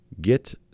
get